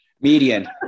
Median